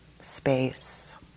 space